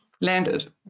landed